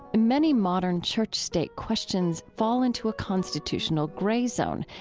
and many modern church-state questions fall into a constitutional gray zone,